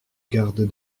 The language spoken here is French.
garde